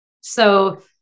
So-